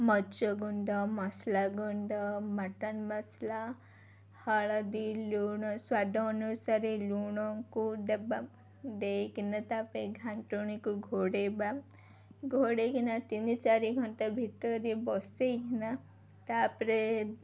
ମରିଚଗୁଣ୍ଡ ମସଲା ଗୁଣ୍ଡ ମଟନ୍ ମସଲା ହଳଦୀ ଲୁଣ ସ୍ୱାଦ ଅନୁସାରେ ଲୁଣଙ୍କୁ ଦେବା ଦେଇକିନା ତାପ ଘାଣ୍ଟୁଣିକୁ ଘୋଡ଼େଇବା ଘୋଡ଼େଇକିନା ତିନି ଚାରି ଘଣ୍ଟା ଭିତରେ ବସେଇକିନା ତାପରେ